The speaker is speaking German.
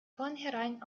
vornherein